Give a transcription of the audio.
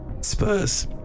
Spurs